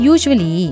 Usually